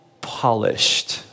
polished